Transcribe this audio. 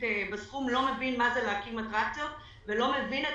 בסכום לא מבין מה זה להקים אטרקציות ולא מבין את